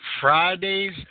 Fridays